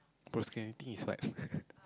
is what